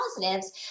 positives